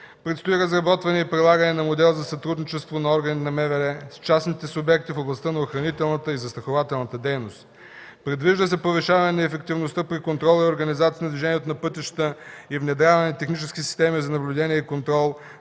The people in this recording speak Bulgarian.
Предстои разработване и прилагане на модел за сътрудничество на органи на МВР с частните субекти в областта на охранителната и застрахователната дейност. Предвижда се повишаване на ефективността при контрола и организацията на движението по пътищата и внедряване на технически системи за наблюдение и контрол